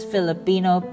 Filipino